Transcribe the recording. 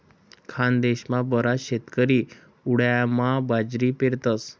खानदेशमा बराच शेतकरी उंडायामा बाजरी पेरतस